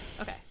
okay